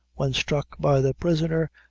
when struck by the prisoner,